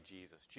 Jesus